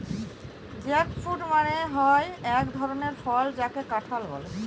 jackfruit মানে হয় এক ধরনের ফল যাকে কাঁঠাল বলে